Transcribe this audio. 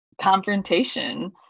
confrontation